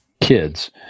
kids